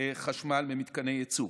חשמל ממתקני ייצור.